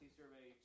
survey